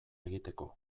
egiteko